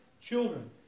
children